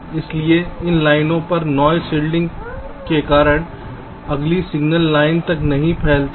इसलिए इन लाइनों पर नॉइस शिल्डिंग के कारण अगली सिग्नल लाइन तक नहीं फैलता है